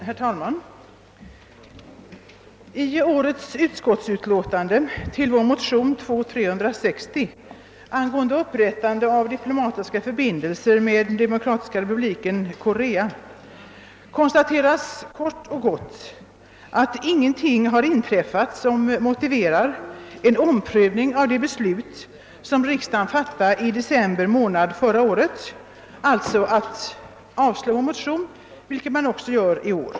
Herr talman! I årets utlåtande över vår motion — som denna gång har nr 11: 360 — om upprättande av diplomatiska förbindelser med Demokratiska Folkrepubliken Korea konstaterar utrikesutskottet kort och gott att ingenting har inträffat som motiverar en :omprövning av det beslut som riksdagen fattade i december förra året. Utskottet avstyrker därför motionen, vilket också skedde med motsvarande motion i fjol.